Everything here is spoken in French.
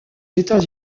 états